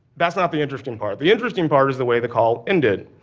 that's not the interesting part. the interesting part was the way the call ended.